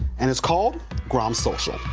and its called grand social.